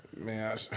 Man